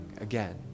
again